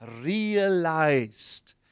realized